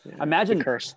Imagine